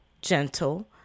gentle